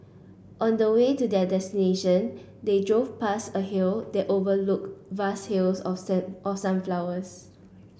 on the way to their destination they drove past a hill that overlooked vast fields of of sunflowers